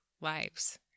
lives